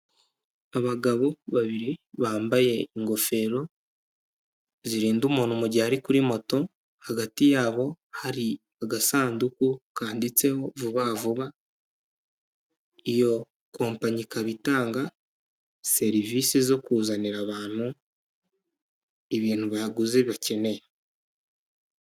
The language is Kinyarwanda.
Abagabo babiri bambaye ingofero zirinda umuntu igihe ari kuri moto hagati yabo hari agasanduku kanditseho vubavuba iyo kompanyi ikaba itanga, serivise zo kuzanira abantu ibintu baguze bakeneye.